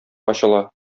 ачыла